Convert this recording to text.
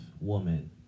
woman